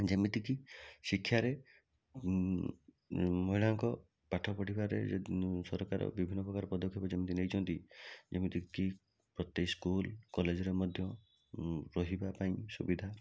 ଯେମିତିକି ଶିକ୍ଷାରେ ମହିଳାଙ୍କ ପାଠ ପଢ଼ିବାରେ ଯ ସରକାର ବିଭିନ୍ନ ପ୍ରକାର ପଦକ୍ଷେପ ଯେମିତି ନେଇଛନ୍ତି ଯେମିତିକି ପ୍ରତି ସ୍କୁଲ୍ କଲେଜରେ ମଧ୍ୟ ରହିବା ପାଇଁ ସୁବିଧା